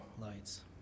lights